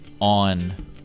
on